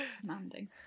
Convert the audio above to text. Commanding